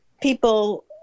people